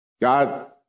God